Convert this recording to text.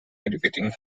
educating